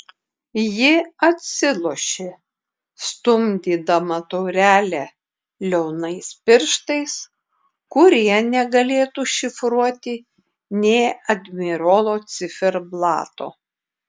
ji atsilošė stumdydama taurelę liaunais pirštais kurie negalėtų šifruoti nė admirolo ciferblato